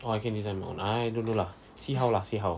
or I can design my own I don't know lah see how lah see how